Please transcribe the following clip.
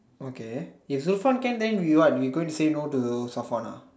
okay if Zulfan can then we what we going to say no to Safwan ah